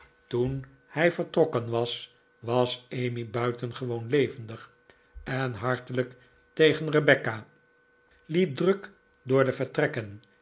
toen hij vertrokken was was emmy buitengewoon levendig en hartelijk tegen rebecca liep druk door de vertrekken